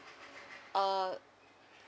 uh